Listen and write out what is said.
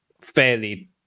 fairly